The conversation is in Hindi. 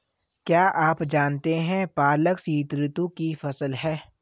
क्या आप जानते है पालक शीतऋतु की फसल है?